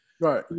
right